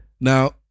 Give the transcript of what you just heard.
Now